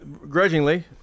grudgingly